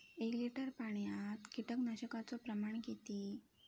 एक लिटर पाणयात कीटकनाशकाचो प्रमाण किती?